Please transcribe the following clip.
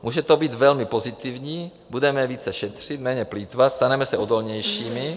Může to být velmi pozitivní budeme více šetřit, méně plýtvat, staneme se odolnějšími.